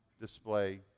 display